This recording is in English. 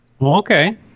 Okay